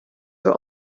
were